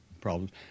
problems